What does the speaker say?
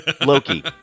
Loki